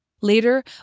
Later